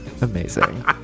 Amazing